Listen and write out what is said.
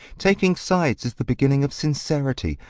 taking sides is the beginning of sincerity,